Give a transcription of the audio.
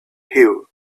hill